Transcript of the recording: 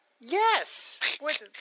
Yes